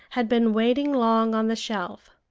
had been waiting long on the shelf.